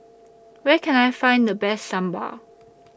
Where Can I Find The Best Sambar